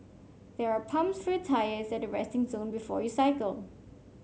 there are pumps for tyres at the resting zone before you cycle